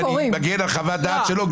ואני מגן על חוות-דעת שלו,